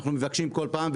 אנחנו מבקשים כל פעם.